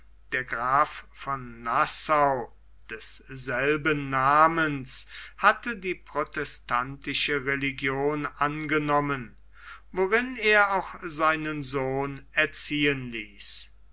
der graf von nassau desselben namens hatte die protestantische religion angenommen worin er auch seinen sohn erziehen ließ